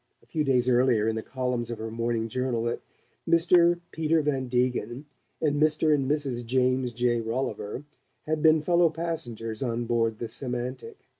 a few days earlier, in the columns of her morning journal, that mr. peter van degen and mr. and mrs. james j. rolliver had been fellow-passengers on board the semantic.